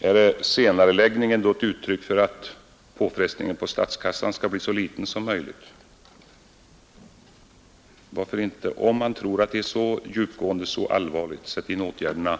tidigare anförande, att man inte beslutar om sänkning av pensionsåldern till 65 år. Är senareläggningen av sysselsättningsåtgärderna ett uttryck för att påfrestningen på statskassan skall bli så liten som möjligt? Om man tror att det är så djupgående och allvarligt, sätt då in åtgärderna nu!